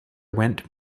went